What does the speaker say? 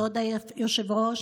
כבוד היושב-ראש,